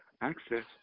Access